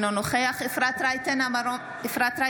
אינו נוכח אפרת רייטן מרום,